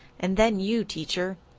and then you, teacher.